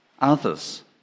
others